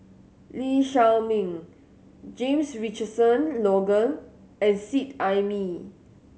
Lee Shao Meng James Richardson Logan and Seet Ai Mee